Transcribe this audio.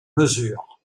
mesures